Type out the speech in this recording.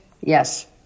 yes